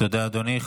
תודה, אדוני.